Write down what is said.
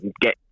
get